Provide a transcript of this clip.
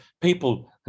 people